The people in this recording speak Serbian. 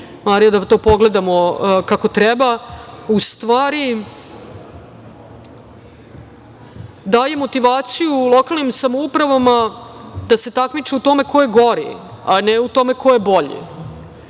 Marija, pogledamo, kako treba, u stvari, daje motivaciju lokalnim samoupravama da se takmiče u tome ko je gori, a ne u tome ko je bolji.